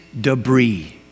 debris